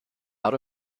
out